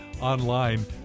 online